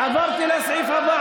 אין לך בושה.